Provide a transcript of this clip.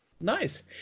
nice